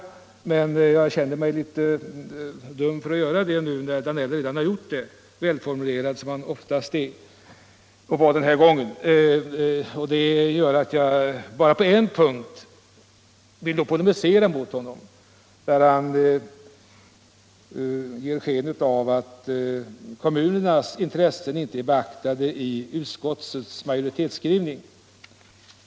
Det känns litet dumt att göra det nu, när herr Danell — välformulerad som han oftast är och var den här gången också — redan gjort det. Det är bara på en punkt som jag skulle vilja polemisera mot honom och det är där han ger sken av att kommunernas intressen inte är beaktade i utskottets majoritetskrivning.